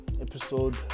episode